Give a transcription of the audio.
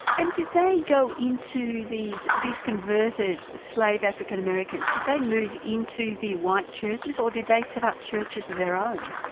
and did they go into these these converted slave african-americans, did they go into the white churches, or did they set up churches of their own?